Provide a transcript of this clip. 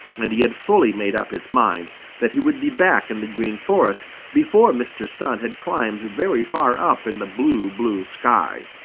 and he had fully made up his mind that he would be back in the green forest before mr. sun had climbed very far up in the blue, blue sky.